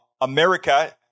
America